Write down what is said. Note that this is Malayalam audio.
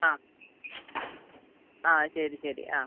ആ ആ ശരി ശരി ആ